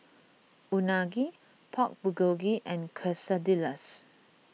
Unagi Pork Bulgogi and Quesadillas